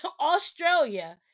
Australia